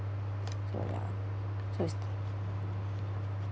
so ya so it's